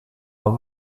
och